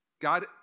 God